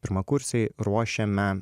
pirmakursiai ruošėme